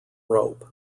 rope